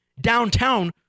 downtown